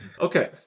Okay